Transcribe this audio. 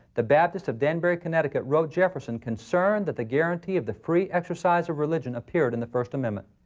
the baptists of danbury, connecticut wrote jefferson, concerned that the guarantee of the free exercise of religion appeared in the first amendmen.